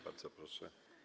Bardzo proszę.